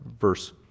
verse